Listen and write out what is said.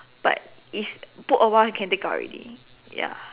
but it's put awhile can take out already ya